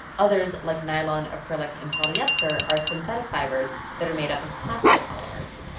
others like nylon, acrylic, and polyester are synthetic fibers that are made up of plastic polymers.